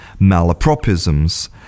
malapropisms